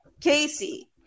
Casey